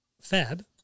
Fab